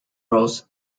roles